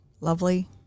lovely